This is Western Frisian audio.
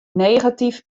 negatyf